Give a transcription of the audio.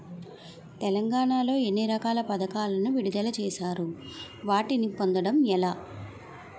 తెలంగాణ లో ఎన్ని రకాల పథకాలను విడుదల చేశారు? వాటిని పొందడం ఎలా?